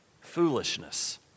foolishness